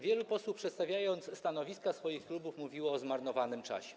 Wielu posłów, przedstawiając stanowiska swoich klubów, mówiło o zmarnowanym czasie.